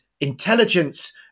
intelligence